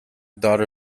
daughter